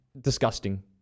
disgusting